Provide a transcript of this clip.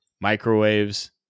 microwaves